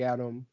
Adam